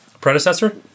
predecessor